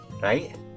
Right